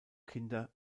kinder